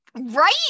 Right